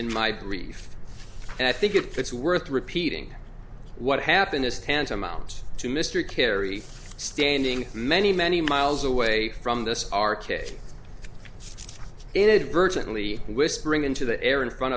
in my brief and i think if it's worth repeating what happened is tantamount to mr kerry standing many many miles away from this arcade inadvertently whispering into the air and front